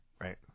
Right